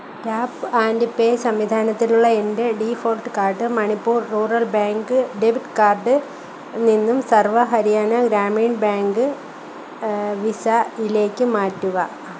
tap and pay സംവിധാനത്തിലുള്ള എന്റെ default card Manipur rural bank debit card നിന്നും സർവ ഹരിയാന ഗ്രാമീൺ ബാങ്ക് വിസ ഇലേക്ക് മാറ്റുക